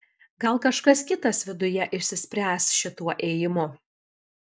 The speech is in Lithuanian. gal kažkas kitas viduje išsispręs šituo ėjimu